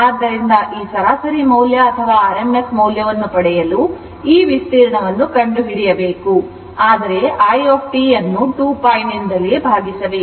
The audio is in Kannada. ಆದ್ದರಿಂದ ಈ ಸರಾಸರಿ ಮೌಲ್ಯ ಅಥವಾ rms ಮೌಲ್ಯವನ್ನು ಪಡೆಯಲು ಈ ವಿಸ್ತೀರ್ಣವನ್ನು ಕಂಡುಹಿಡಿಯಬೇಕು ಆದರೆ i ಅನ್ನು 2π ನಿಂದ ಭಾಗಿಸಬೇಕು